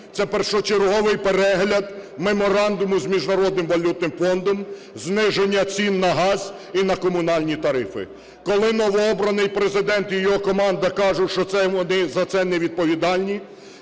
це першочерговий перегляд меморандуму з Міжнародним валютним фондом, зниження цін на газ і на комунальні тарифи. Коли новообраний Президент і його команда кажуть, що це вони за це не відповідальні,